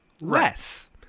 Less